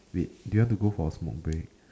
wait do you want to go for a smoke break